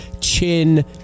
chin